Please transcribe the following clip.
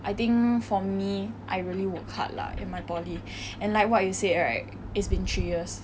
I think for me I really work hard lah in my poly and like what you said right it's been three years